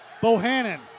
Bohannon